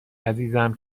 عزیزم